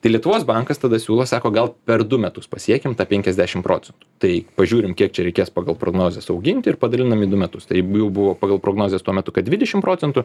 tai lietuvos bankas tada siūlo sako gal per du metus pasiekim tą penkiasdešim procentų tai pažiūrim kiek čia reikės pagal prognozes auginti ir padalinam į du metus tai jau buvo pagal prognozes tuo metu kad dvidešim procentų